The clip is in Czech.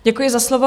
Děkuji za slovo.